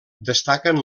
destaquen